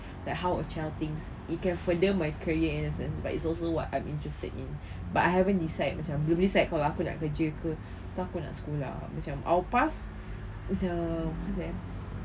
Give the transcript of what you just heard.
that how a child thinks it can further my career in a sense but it's also what I'm interested in but I haven't decide macam belum decide kalau aku nak kerja ke atau aku nak sekolah macam I'll pass macam how to say ah